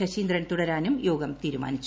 ശശീന്ദ്രൻ തുടരാനും യോഗം തീരുമാനിച്ചു